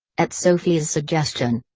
at sophie's suggestion.